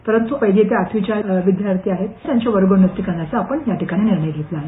परंतू पहिले ते आठवीचे विद्यार्थी आहेत त्यांची वर्गोन्नती करण्याचा आपण या ठिकाणी निर्णय घेतला आहे